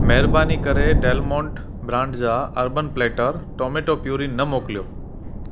महिरबानी करे Del Monte brand जा अर्बन प्लेटर टमेटो प्यूरी न मोकिलियो